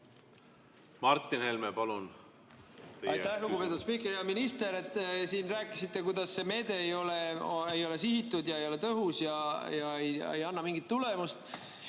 Martin Helme, palun! Aitäh, lugupeetud spiiker! Hea minister! Te siin rääkisite, kuidas see meede ei ole sihitud, ei ole tõhus ega anna mingit tulemust.